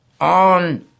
on